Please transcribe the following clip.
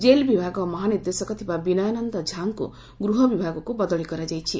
jail ବିଭାଗ ମହାନିରଦ୍ଦେଶକ ଥିବା ବିନୟାନନ୍ଦ ଝାଙ୍କୁ ଗୃହ ବିଭାଗକୁ ବଦଳି କରାଯାଇଛି